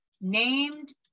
named